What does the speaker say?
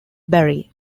barrie